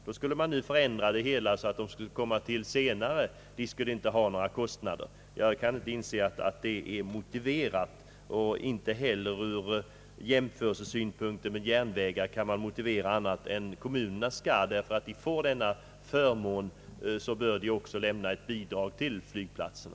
Då vill man förändra det hela så att de kommuner som får flygplats senare inte skulle behöva ge några motsvarande bidrag. Jag kan inte inse att det är motiverat. Inte heller jämförelsen med järnvägarna kan motivera anrat än att kommunerna bör lämna ett bidrag till flygplatserna, eftersom de får denna förmån.